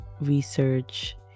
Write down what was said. research